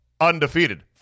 undefeated